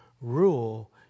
rule